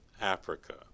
Africa